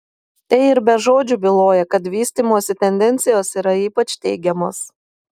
tai ir be žodžių byloja kad vystymosi tendencijos yra ypač teigiamos